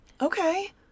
Okay